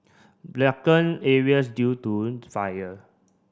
blackened areas due to the fire